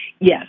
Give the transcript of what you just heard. Yes